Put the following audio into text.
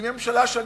אם ממשלה,